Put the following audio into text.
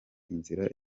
inzira